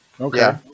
okay